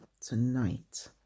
tonight